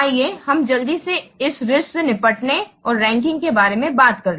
आइए हम जल्दी से इस रिस्क्स से निपटने और रैंकिंग के बारे में बात कर ले